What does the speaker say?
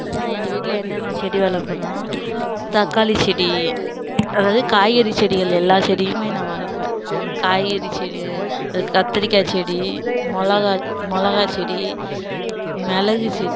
நான் எங்கள் வீட்டில் என்னென்ன செடி வளர்ப்பன்னா தக்காளி செடி அதாவது காய்கறி செடிகள் எல்லாம் செடியும் நான் வளர்ப்பேன் காய்கறி செடி கத்திரிக்காய் செடி மொளகாய் மொளகாய் செடி மிளகு செ